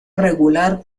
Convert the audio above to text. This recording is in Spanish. regular